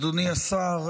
אדוני השר,